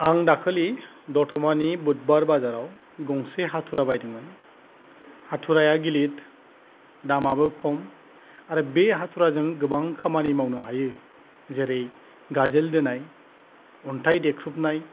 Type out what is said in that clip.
आं दाखालि दतमानि बुदबार बाजाराव गंसे हाथुरा बायदोंमोन हाथुराया गिलिद दामाबो खम आरो बे हाथुराजों गोबां खामानि मावनो हायो जेरै गाजोल दोनाय अन्थाइ देख्रुबनाय